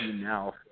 now